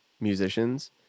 musicians